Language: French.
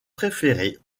préférée